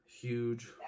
huge